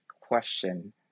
question